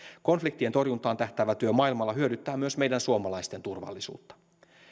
konfliktien torjuntaan tähtäävä työ maailmalla hyödyttää myös meidän suomalaisten turvallisuutta